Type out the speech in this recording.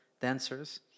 dancers